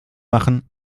machen